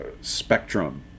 spectrum